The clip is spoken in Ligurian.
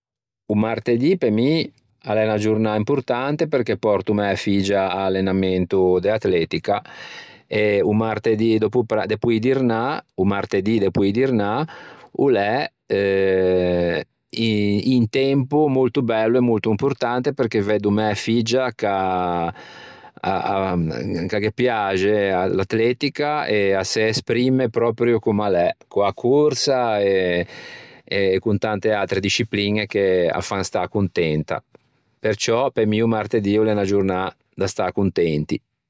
O martedì pe mi a l'é unna giornâ importante perché pòrto mæ figgia à allenamento de atletica e o martedì dòppo depoîdirnâ, o martedì depoîdirnâ, o l'é eh un tempo molto bello e molto importante perché veddo mæ figgia ch'a ghe piaxe l'atletica e a se esprimme pròpio comm'a l'é co-a corsa e con tante atre discipliñe che â fan stâ contenta. Perciò pe mi o martedì o l'é unna giornâ da stâ contenti.